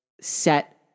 set